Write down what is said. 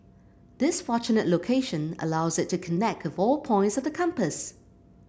this fortunate location allows it to connect with all points of the compass